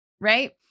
right